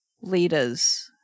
leaders